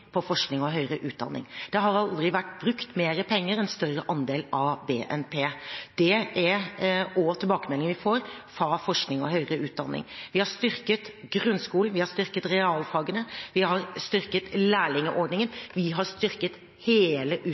på forskning og høyere utdanning. Det har aldri vært brukt mer penger og en større andel av BNP. Det er også tilbakemeldingen vi får fra forskning og høyere utdanning. Vi har styrket grunnskolen, vi har styrket realfagene, vi har styrket lærlingordningen. Vi har styrket hele